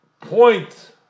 point